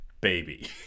baby